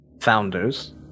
founders